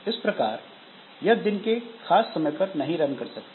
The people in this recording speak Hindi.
इस प्रकार यह दिन के खास समय पर नहीं रन कर सकती